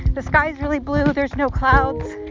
the sky is really blue. there's no clouds.